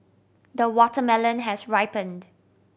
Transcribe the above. the watermelon has ripened